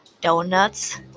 donuts